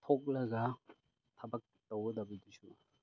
ꯊꯣꯛꯂꯒ ꯊꯕꯛ ꯇꯧꯒꯗꯕꯗꯨꯁꯨ